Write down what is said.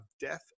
death